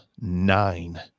nine